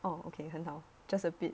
oh okay 很好 just a bit